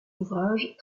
ouvrages